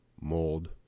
mold